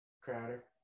Crowder